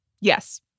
Yes